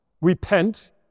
repent